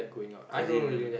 as in